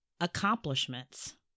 accomplishments